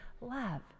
love